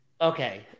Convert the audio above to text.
okay